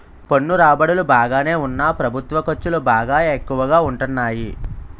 పన్ను రాబడులు బాగానే ఉన్నా ప్రభుత్వ ఖర్చులు బాగా ఎక్కువగా ఉంటాన్నాయి